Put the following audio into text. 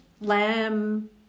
lamb